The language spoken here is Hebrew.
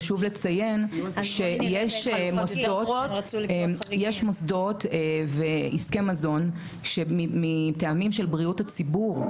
חשוב לציין שיש מוסדות ועסקי מזון שמטעמים של בריאות הציבור,